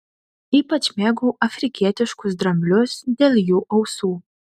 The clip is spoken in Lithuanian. ypač mėgau afrikietiškus dramblius dėl jų ausų